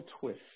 twist